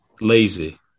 lazy